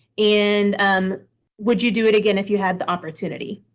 and um would you do it again if you had the opportunity?